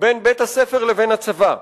בין בית-הספר לבין הצבא.